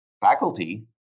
faculty